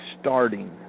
starting